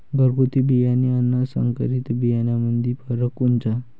घरगुती बियाणे अन संकरीत बियाणामंदी फरक कोनचा?